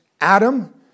Adam